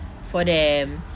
for them